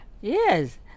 yes